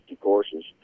courses